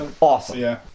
Awesome